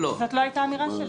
זאת לא הייתה האמירה שלי.